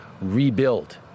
rebuild